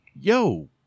yo